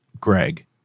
Greg